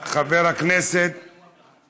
חבר הכנסת